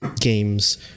games